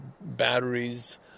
batteries